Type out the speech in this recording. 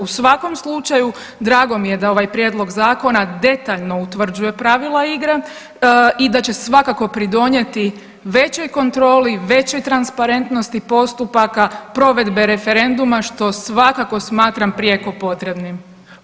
U svakom slučaju drago mi je da ovaj prijedlog zakona detaljno utvrđuje pravila igre i da će svakako pridonijeti većoj kontroli, većoj transparentnosti postupaka provedbe referenduma, što svakako smatram prijeko potrebnim.